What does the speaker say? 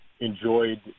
enjoyed